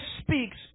speaks